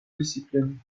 discipline